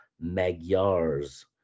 Magyars